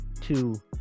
two